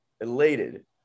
elated